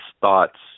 thoughts